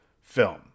film